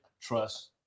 trust